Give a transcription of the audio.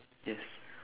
yes